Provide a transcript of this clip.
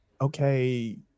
okay